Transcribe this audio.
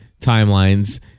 timelines